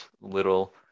little